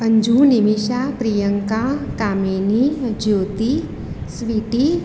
Anju Nimisha Priyanka Kamini Jyoti sweetie